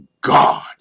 God